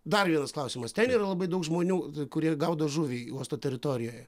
dar vienas klausimas ten yra labai daug žmonių kurie gaudo žuvį uosto teritorijoje